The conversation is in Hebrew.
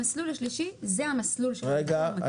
המסלול השלישי הוא המסלול --- רגע.